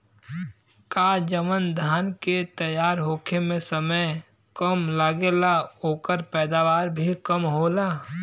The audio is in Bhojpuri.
का जवन धान के तैयार होखे में समय कम लागेला ओकर पैदवार भी कम होला?